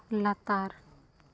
ᱞᱟᱛᱟᱨ